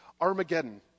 Armageddon